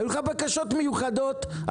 היו לך בקשות מיוחדות,